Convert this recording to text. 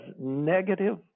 negative